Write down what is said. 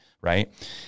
right